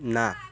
ନା